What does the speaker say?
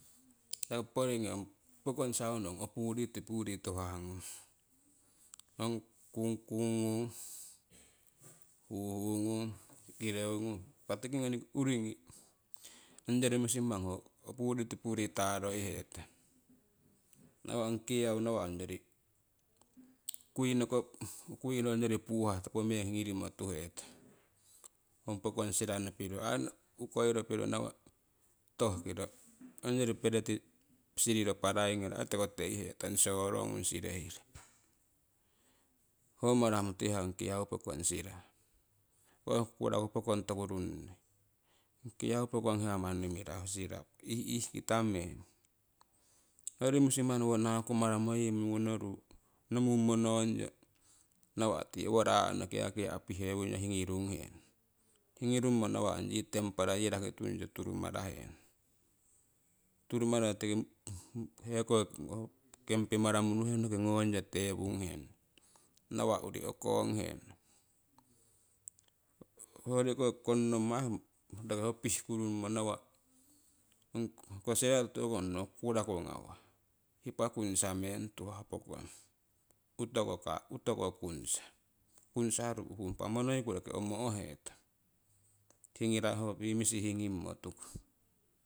. Yaki porigniko ong pokong sound ong opuri tipuri tuhahagnung ong kungkung gnung huhu gnung. sikireu gnung impah tiki uriigni ong yori musimang ho opuri tipuri taroi hetong nawah ong kiau nawah ong ngori kuinoko kinno ong yori puuhah topo meng hingirimo tuhetong ong pokong sira nopiro ai okoiro piro nawah tohkiro ong yori pereti siriro paraingiro ai tiko teihetong sorongung siriero ho mara mutihah ong kiau pokong sira ho kukuraku pokong toku ruinnii ong kiau pokong hia mani mirahu sira ih'ih'kita meng hoi yori musimang naakumaramo. yee muungonoru nomung monong yo nawah tii owo raahno kiakia pehewungyo hingirunghenong hingirungyo nawah ong yee tenpla rakitungyo turumarahenong turumararo tiki hekoki campimaramo unuhenonoki teewung henong nawah urii ukonghenong hoiyoriko konomongmo ai roki ho pihhkurummo nawah ho hia tiwori ho nowo kukuraku gnawah hipa kungsa meng tuhah. pokong utoko kungsa kungsa ruuhung impa monoiku roki omoh hetong ho misi higninmo tuku.